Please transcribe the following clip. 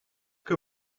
que